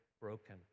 broken